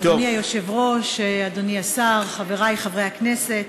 אדוני היושב-ראש, אדוני השר, חברי חברי הכנסת,